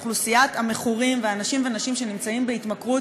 אוכלוסיית המכורים והאנשים ונשים שנמצאים בהתמכרויות